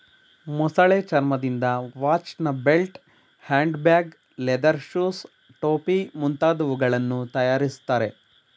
ಮೊಸಳೆ ಚರ್ಮದಿಂದ ವಾಚ್ನ belt, hand bag, leather shoes, ಟೋಪಿ ಮುಂತಾದವುಗಳನ್ನು ತರಯಾರಿಸ್ತರೆ